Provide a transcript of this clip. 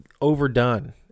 overdone